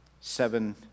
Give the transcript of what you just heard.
Seven